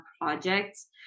projects